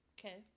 Okay